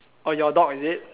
oh your dog is it